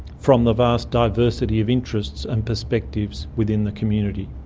from the vast diversity of interests and perspectives within the community.